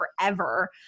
forever